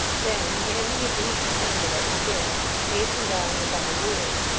then, handing a dainty envelope to darrell, hastened on without a word.